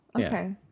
okay